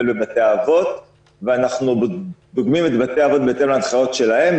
בבתי האבות ואנחנו דוגמים את בתי האבות בהתאם להנחיות שלהם.